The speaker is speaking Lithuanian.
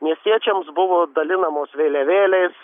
miestiečiams buvo dalinamos vėliavėlės